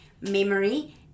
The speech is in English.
memory